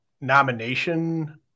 nomination